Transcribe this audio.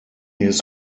his